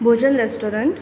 भोजन रेस्टोरान्ट